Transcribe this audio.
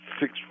six